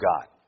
God